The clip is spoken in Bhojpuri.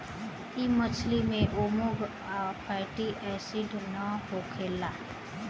इ मछरी में ओमेगा आ फैटी एसिड ना होखेला